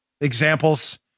examples